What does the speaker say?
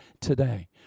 today